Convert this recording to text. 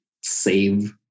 save